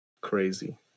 Crazy